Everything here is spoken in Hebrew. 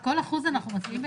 כל אחוז אנחנו מצביעים בנפרד?